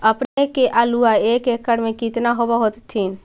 अपने के आलुआ एक एकड़ मे कितना होब होत्थिन?